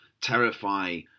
terrify